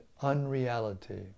unreality